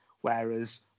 Whereas